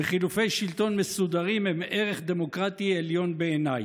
וחילופי שלטון מסודרים הם ערך דמוקרטי עליון בעיניי.